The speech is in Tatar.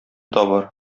табар